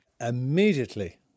Immediately